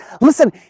listen